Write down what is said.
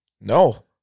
No